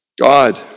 God